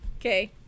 Okay